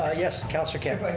ah yes, councilor campbell.